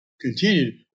continued